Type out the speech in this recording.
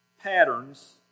patterns